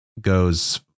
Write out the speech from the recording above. goes